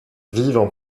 vivent